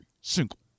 single